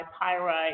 pyrite